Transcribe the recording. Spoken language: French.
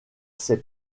ces